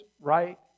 right